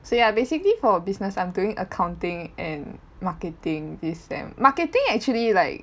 so ya basically for business I'm doing accounting and marketing this sem marketing actually like